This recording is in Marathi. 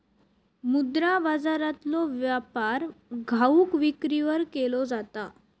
मुद्रा बाजारातलो व्यापार घाऊक विक्रीवर केलो जाता